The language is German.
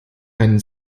keinen